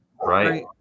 right